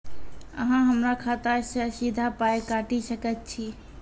अहॉ हमरा खाता सअ सीधा पाय काटि सकैत छी?